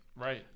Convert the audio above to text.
Right